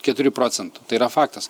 keturių procentų tai yra faktas